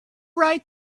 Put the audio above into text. write